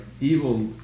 evil